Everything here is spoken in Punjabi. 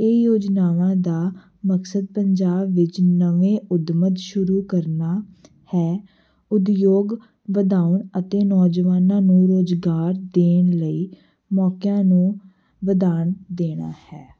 ਇਹ ਯੋਜਨਾਵਾਂ ਦਾ ਮਕਸਦ ਪੰਜਾਬ ਵਿੱਚ ਨਵੇਂ ਉੱਦਮ ਸ਼ੁਰੂ ਕਰਨਾ ਹੈ ਉਦਯੋਗ ਵਧਾਉਣ ਅਤੇ ਨੌਜਵਾਨਾਂ ਨੂੰ ਰੁਜ਼ਗਾਰ ਦੇਣ ਲਈ ਮੌਕਿਆਂ ਨੂੰ ਵਧਾਉਣ ਦੇਣਾ ਹੈ